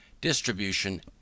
distribution